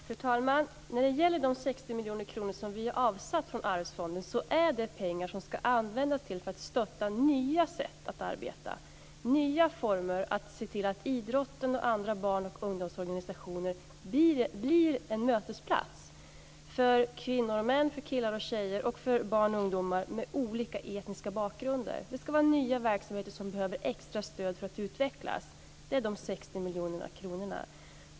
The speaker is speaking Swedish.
Fru talman! De 60 miljoner kronor som vi har avsatt från Allmänna arvsfonden är pengar som ska användas för att stötta nya sätt att arbeta, nya former för att se till att idrotten och andra barn och ungdomsorganisationer blir en mötesplats för kvinnor och män, för killar och tjejer och för barn och ungdomar med olika etniska bakgrunder. Det är till nya verksamheter som behöver extra stöd för att utvecklas som de 60 miljoner kronorna ska användas.